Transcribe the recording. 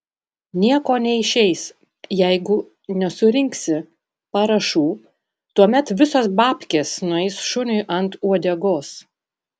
nieko neišeis jeigu nesurinksi parašų tuomet visos babkės nueis šuniui ant uodegos